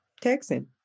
Texan